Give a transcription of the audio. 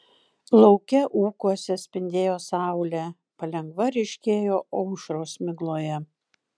lauke ūkuose spindėjo saulė palengva ryškėjo aušros migloje